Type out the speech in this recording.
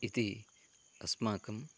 इति अस्माकं